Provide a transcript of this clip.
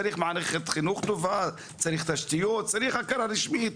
צריך מערכת חינוך טובה, תשתיות, צריך הכרה רשמית.